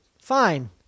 fine